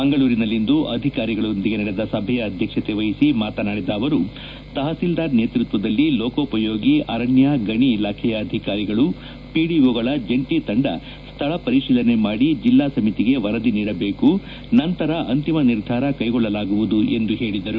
ಮಂಗಳೂರಿನಲ್ಲಿಂದು ಅಧಿಕಾರಿಗಳೊಂದಿಗೆ ನಡೆದ ಸಭೆಯ ಅಧ್ಯಕ್ಷತೆ ವಹಿಸಿ ಮಾತನಾಡಿದ ಅವರು ತಹತೀಲ್ದಾರ್ ನೇತೃತ್ವದಲ್ಲಿ ಲೋಕೋಪಯೋಗಿ ಅರಣ್ಯ ಗಣಿ ಇಲಾಖೆಯ ಅಧಿಕಾರಿಗಳು ಪಿಡಿಓಗಳ ಜಂಟಿ ತಂಡ ಸ್ಥಳ ಪರಿತೀಲನೆ ಮಾಡಿ ಜಿಲ್ಲಾ ಸಮಿತಿಗೆ ವರದಿ ನೀಡಬೇಕು ನಂತರ ಅಂತಿಮ ನಿರ್ಧಾರ ಕೈಗೊಳ್ಳಲಾಗುವುದು ಎಂದು ಹೇಳಿದರು